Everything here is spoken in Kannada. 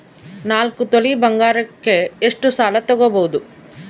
ನಾಲ್ಕು ತೊಲಿ ಬಂಗಾರಕ್ಕೆ ಎಷ್ಟು ಸಾಲ ತಗಬೋದು?